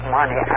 money